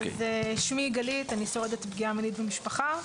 שמי גלית, אני שורדת פגיעה מינית במשפחה.